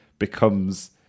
becomes